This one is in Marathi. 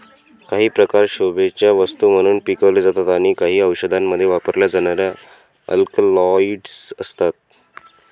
काही प्रकार शोभेच्या वस्तू म्हणून पिकवले जातात आणि काही औषधांमध्ये वापरल्या जाणाऱ्या अल्कलॉइड्स असतात